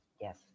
Yes